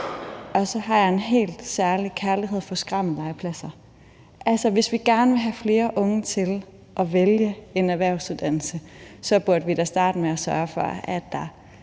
Så har jeg en helt særlig kærlighed for skrammellegepladser. Hvis vi gerne vil have flere unge til at vælge en erhvervsuddannelse, bør vi da starte med at sørge for, at der